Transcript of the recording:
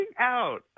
out